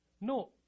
no